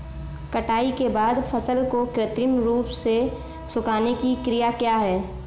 कटाई के बाद फसल को कृत्रिम रूप से सुखाने की क्रिया क्या है?